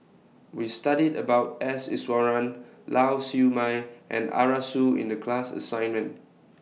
We studied about S Iswaran Lau Siew Mei and Arasu in The class assignment